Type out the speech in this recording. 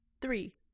three